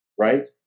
right